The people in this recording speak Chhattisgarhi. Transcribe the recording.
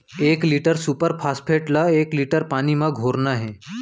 एक लीटर सुपर फास्फेट ला कए लीटर पानी मा घोरना हे?